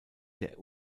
der